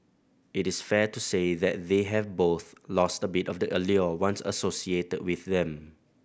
it is fair to say that they have both lost a bit of the allure once associated with them